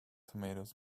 tomatoes